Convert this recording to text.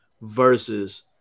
versus